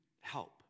help